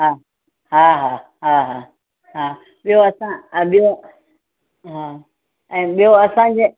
हा हा हा हा हा हा ॿियों असां हा ॿियों हा ऐं ॿियों असांजे